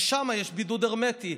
ששם יש בידוד הרמטי.